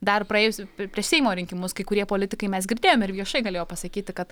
dar praėjusių prieš seimo rinkimus kai kurie politikai mes girdėjom ir viešai galėjo pasakyti kad